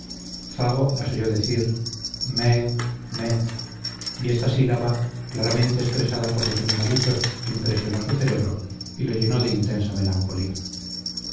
balando fago las oyó decir mé mé y esta sílaba claramente expresada por los animalitos impresionó su cerebro y lo llenó de intensa melancolía